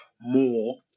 more